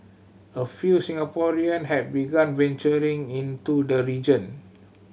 a few Singaporean have begun venturing into the region